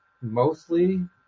mostly